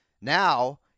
Now